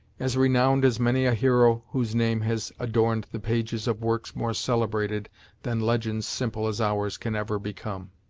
as renowned as many a hero whose name has adorned the pages of works more celebrated than legends simple as ours can ever become.